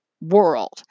world